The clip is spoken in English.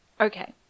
okay